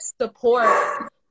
support